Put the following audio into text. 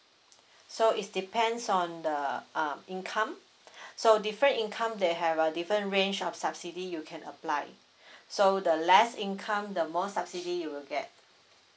so is depends on the uh income so different income they have a different range of subsidy you can apply so the less income the more subsidy you will get